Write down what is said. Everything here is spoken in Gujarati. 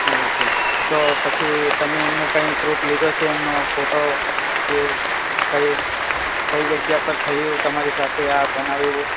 એવું છે તો પછી તમે એમનો કંઈ પ્રૂફ લીધો છે એમનો ફોટો કે કઈ કઈ જગ્યા પર થયું તમારી સાથે આ બનાવ એવો